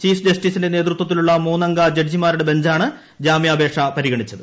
chief ജസ്റ്റിസിന്റെ നേതൃത്വത്തിലുള്ള മൂന്നംഗ ജഡ്ജിമാരുടെ ബഞ്ചാണ് ജാമ്യാപേക്ഷ പരിഗണിച്ചത്